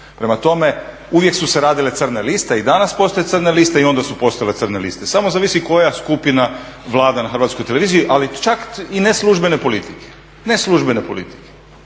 Prema tome, uvijek su se radile crne liste i danas postoje crne liste i onda su postojale crne liste, samo zavisi koja skupina vlada na HRT-u, ali čak i neslužbene politike. Mislim da se službene politike